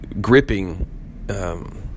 gripping